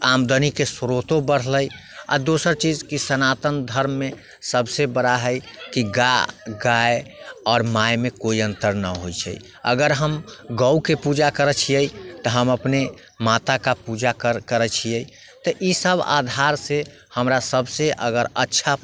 आमदनीके स्रोतो बढ़लै आ दोसर चीज कि सनातन धर्ममे सभसँ बड़ा हइ कि गाय गाय आओर मायमे कोइ अन्तर नहि होइत छै अगर हम गौके पूजा करैत छियै तऽ हम अपने माता का पूजा कर करैत छियै तऽ ईसभ आधारसँ हमरा सभसँ अगर अच्छा